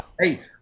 Hey